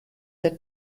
der